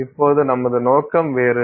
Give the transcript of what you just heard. இப்போது நமது நோக்கம் வேறு